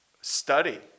Study